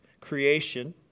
creation